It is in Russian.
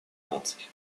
наций